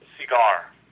Cigar